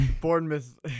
Bournemouth